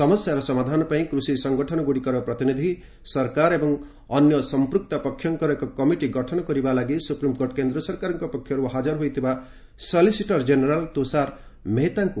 ସମସ୍ୟାର ସମାଧାନ ପାଇଁ କୃଷି ସଂଗଠନଗୁଡ଼ିକର ପ୍ରତିନିଧି ସରକାର ଏବଂ ଅନ୍ୟ ସମ୍ପୃକ୍ତ ପକ୍ଷଙ୍କର ଏକ କମିଟି ଗଠନ କରିବା ଲାଗି ସୁପ୍ରିମକୋର୍ଟ କେନ୍ଦ୍ର ସରକାରଙ୍କ ପକ୍ଷରୁ ହାକର ହୋଇଥିବା ସଲିସିଟର ଜେନେରାଲ ତୁଷାର ମେହେଟ୍ଟାଙ୍କୁ କହିଛନ୍ତି